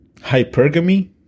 hypergamy